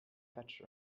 fetch